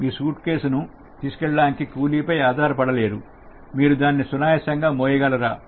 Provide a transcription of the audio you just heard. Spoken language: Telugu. మీ సూట్ కేసులు తీసుకెళ్లడానికి కూలీపై ఆధారపడలేదు మీరు దానిని సునాయాసంగా మోయగల రా